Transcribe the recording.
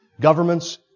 governments